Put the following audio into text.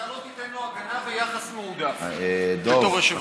אתה לא תיתן לו הגנה ויחס מועדף בתור יושב-ראש.